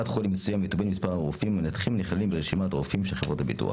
ובין מספר הרופאים המנתחים הנכללים ברשימת הרופאים של חברת הביטוח".